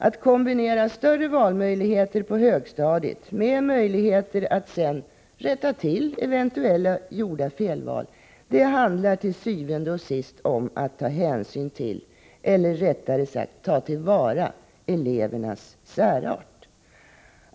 Att kombinera större valmöjligheter på högstadiet med möjligheter att sedan rätta till eventuellt gjorda felval handlar til syvende og sidst om att ta hänsyn till eller, rättare sagt, ta till vara elevernas särart.